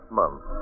month